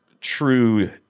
true